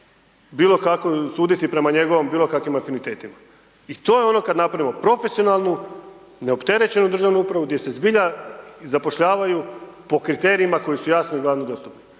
bilo kako suditi prema njegovim bilo kakvim afinitetima. I to je ono kad napravimo profesionalnu, neopterećenu državnu upravu, gdje se zbilja zapošljavaju po kriterijima koji su jasni i …/nerazumljivo/… dostupni.